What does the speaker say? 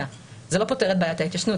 זה לא פותר את בעיית ההתיישנות.